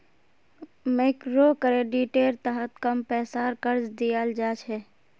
मइक्रोक्रेडिटेर तहत कम पैसार कर्ज दियाल जा छे